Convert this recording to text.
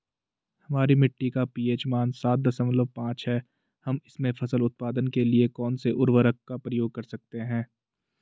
हमारी मिट्टी का पी.एच मान सात दशमलव पांच है हम इसमें फसल उत्पादन के लिए कौन से उर्वरक का प्रयोग कर सकते हैं?